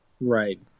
Right